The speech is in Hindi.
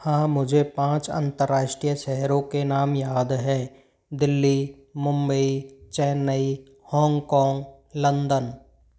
हाँ मुझे पाँच अंतरराष्ट्रीय सहरों के नाम याद हैं Delhi Mumbai Chennai Hong Kong London